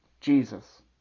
Jesus